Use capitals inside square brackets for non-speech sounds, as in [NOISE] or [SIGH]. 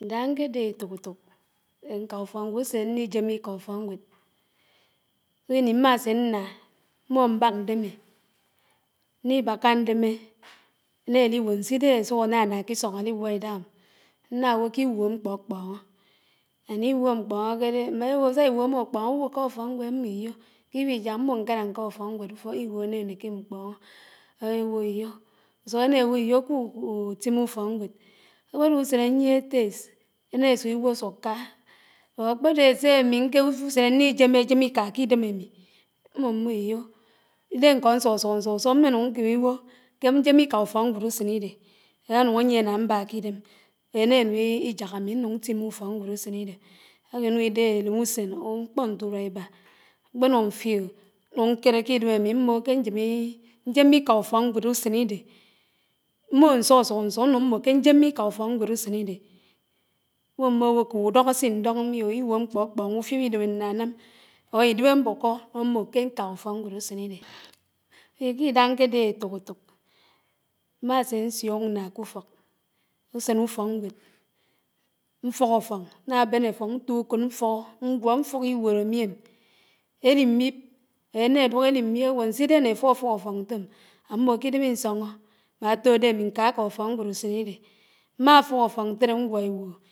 Ída ñkédé éfók ñká ùfókñgwéd, ùsèn ñnijémiká ùfòkñgwéd, ùsũkini mmàsé m̃á, mmò mbák ñdémé, ñniki bàká ndémé, ènáliwò n̄sidè àsù ànáná k'isóñ àligwó ìdáhàm, ñnáwó k'iwùó àñkpóñó and íwùó àkpóñókèdè, mmà èwó sà ígwó ámó ùkpóñó ùwũkà ùkókñgwéd? ámmó íyó kiwijàk mmóñkárá ñkà úfókn̄gwéd ìwúó ànènèkè ámkpóñó, éwó íyó, si énáwó iyó k'útimé úfókñgwèd. Ákpèrè ùsèn àñyièhè téss énásùk íwó sùk kà, but ákpédé sé àmi [UNINTELLIGIBLE] ùsén àñni jéméjém iká k'idém àmi, mmó mmó ìyó, ìdé ñkó ñsùsùhó ñsù, úsùhó mmènùñ ñkémé iwó kè ñjémé ikà ùfókñgwéd úsénidé, ànúñ ányié ná ámbá k'idèm, énènùñ iják ámi n̄nùñ ntémè úfókñgwéd úsén idié, áwinúñ idé élémúsèn or mkpó ñfùrùá ibà, mkpènúñ ñfeel, ùñ ñkérè k'idém ámi mmó ké ñjémikà úfókñgwéd ùsén idé, mmó ñsúsúhó ñsú ñnùñ mmó ké ñjémiká ùfókñgwèd ùsèn idé ñwó mmówó kób ùdóñó s̄indòñ mió, iwùó àmkpókpóñó, ùfiób idèm ànánàm, or idib àmmùkó, ñnùñ mmó ké ñkàhá ùfókñgwéd ùsèn idé. Ádé k'idà nké dè ètok étok mmásé ñsiúk m̃á k'úfók ùsén úfókñgwéd mfùhó áffóñ nwed, ñnàbèb áffóñ ñtó ùkód mfúhó ñgwó mfùk iwúód ámiém, eri mmib, éh énà èdúk éli mmib éwó ñsidé né àfúfúhó àffóñ ñtóm, ámmó k'idém ínsóñó mà àtódè àmi ñkàká ùfókñgwéd ùsènidé, mmàfúk áffóñ ñtéré ñgwó ìwúó.